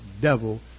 devil